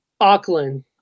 Auckland